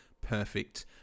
perfect